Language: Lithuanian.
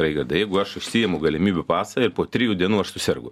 raigardai jeigu aš išsiimu galimybių pasą ir po trijų dienų aš susergu